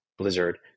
Blizzard